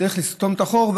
צריך לסתום את החור,